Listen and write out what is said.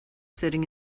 sitting